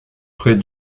près